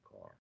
car